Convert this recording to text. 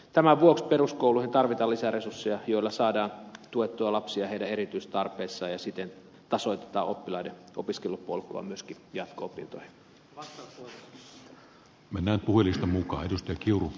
tämän vuoksi peruskouluihin tarvitaan lisää resursseja joilla saadaan tuettua lapsia heidän erityistarpeissaan ja siten tasoitetaan oppilaiden opiskelupolkua myöskin jatko opintoihin